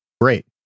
great